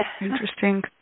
interesting